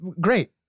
great